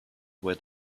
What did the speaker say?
with